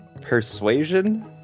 Persuasion